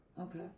Okay